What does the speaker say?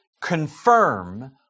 confirm